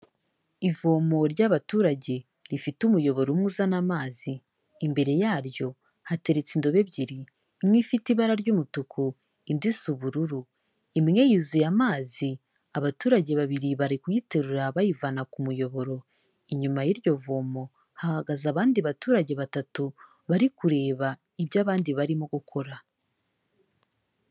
Ivomo ry'abaturage rifite umuyoboro umwe uzana amazi, imbere yaryo hateretse indobo ebyiri, imwe ifite ibara ry'umutuku, indi isa ubururu, imwe yuzuye amazi abaturage babiri bari kuyiterura bayivana ku muyoboro, inyuma y'iryo vomo hahagaze abandi baturage batatu, bari kureba ibyo abandi barimo gukora.